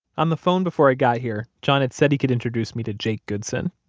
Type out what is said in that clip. on the phone before i got here, john had said he could introduce me to jake goodson.